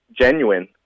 genuine